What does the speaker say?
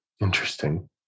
Interesting